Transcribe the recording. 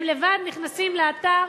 הם לבד נכנסים לאתר,